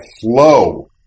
flow